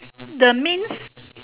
the mince